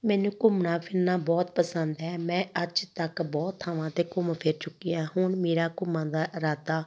ਮੈਨੂੰ ਘੁੰਮਣਾ ਫਿਰਨਾ ਬਹੁਤ ਪਸੰਦ ਹੈ ਮੈਂ ਅੱਜ ਤੱਕ ਬਹੁਤ ਥਾਵਾਂ 'ਤੇ ਘੁੰਮ ਫਿਰ ਚੁੱਕੀ ਹਾਂ ਹੁਣ ਮੇਰਾ ਘੁੰਮਣ ਦਾ ਇਰਾਦਾ